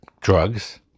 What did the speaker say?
drugs